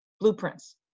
blueprints